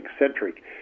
eccentric